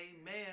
amen